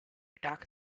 attack